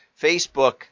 Facebook